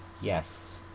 Yes